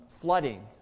flooding